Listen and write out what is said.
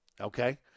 Okay